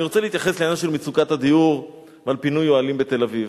אני רוצה להתייחס לעניין של מצוקת הדיור ולפינוי אוהלים בתל-אביב.